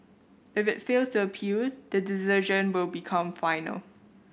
if it fails to appeal the decision will become final